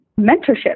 mentorship